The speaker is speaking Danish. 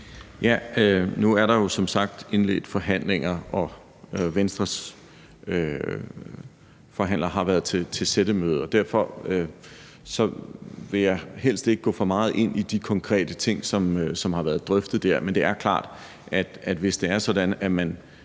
Nu er der jo som sagt indledt forhandlinger, og Venstres forhandlere har været til sættemøde, og derfor vil jeg helst ikke gå for meget ind i de konkrete ting, som har været drøftet der. Men det er klart, at hvis det er sådan, at man